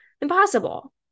impossible